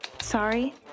Sorry